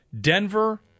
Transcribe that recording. Denver